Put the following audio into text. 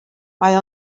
mae